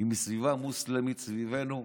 בסביבה מוסלמית סביבנו,